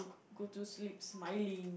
go to sleep smiling